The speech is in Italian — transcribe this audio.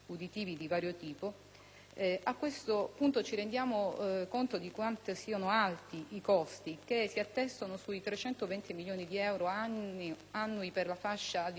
di vario tipo ci rendiamo conto di quanto siano alti i costi, che si attestano sui 320 milioni di euro annui per la fascia al di sotto dei 12 anni